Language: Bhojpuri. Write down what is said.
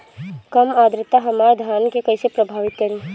कम आद्रता हमार धान के कइसे प्रभावित करी?